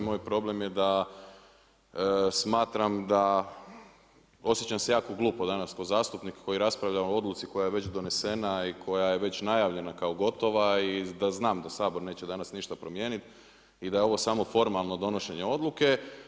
Moj problem je da smatram da osjećam se jako glupo danas ko zastupnik koji raspravlja o odluci koja je već donesena i koja je već najavljena kao gotova i da znam da Sabor neće danas ništa promijeniti i da je ovo samo formalno donošenje odluke.